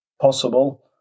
possible